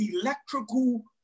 electrical